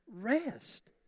rest